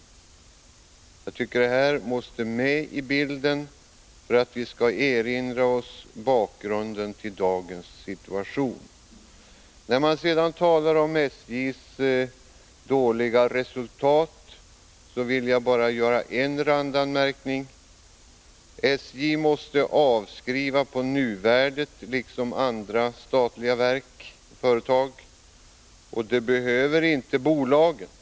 Dessa fakta måste finnas med i bilden för att vi skall kunna erinra oss bakgrunden till dagens situation. När det gäller SJ:s dåliga resultat vill jag bara göra en enda randanmärkning: SJ måste avskriva på nuvärdet, liksom andra statliga verk och företag — det behöver inte bolagen.